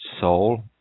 soul